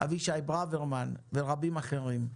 אבישי ברוורמן ורבים אחרים.